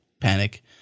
panic